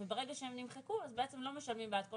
וברגע שהן נמחקו אז בעצם לא משלמים בעד כל